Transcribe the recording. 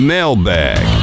Mailbag